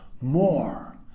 more